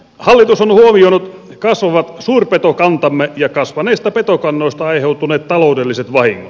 hallitus on huomioinut kasvavat suurpetokantamme ja kasvaneista petokannoista aiheutuneet taloudelliset vahingot